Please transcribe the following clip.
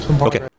Okay